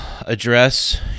address